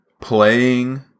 playing